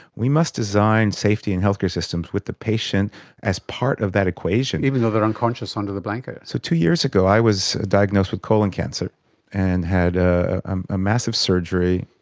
we must design safety and healthcare systems with the patient as part of that equation. even though they are unconscious under the blanket. so two years ago i was diagnosed with colon cancer and had a massive surgery,